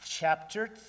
chapter